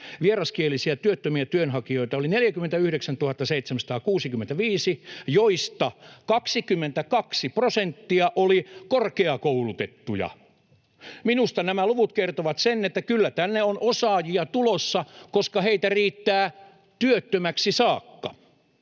vieraskielisiä työttömiä työnhakijoita oli 49 765, joista 22 prosenttia oli korkeakoulutettuja. Minusta nämä luvut kertovat, että kyllä tänne on osaajia tulossa, koska heitä riittää työttömäksi saakka.